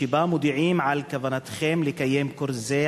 שבה מודיעים על הכוונה לקיים קורס זה,